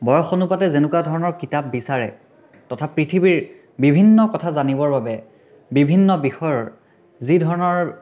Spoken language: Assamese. বয়স অনুপাতে যেনেকুৱা ধৰণৰ কিতাপ বিচাৰে তথা পৃথিৱীৰ বিভিন্ন কথা জানিবৰ বাবে বিভিন্ন বিষয়ৰ যিধৰণৰ